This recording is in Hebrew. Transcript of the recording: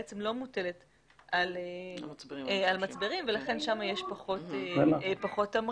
בעצם לא מוטלת על מצברים ולכן שם יש פחות תמריץ.